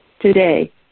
Today